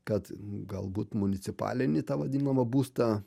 kad galbūt municipalinį tą vadinamą būstą